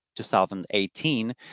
2018